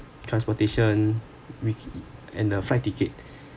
transportation and the flight ticket